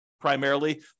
primarily